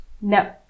No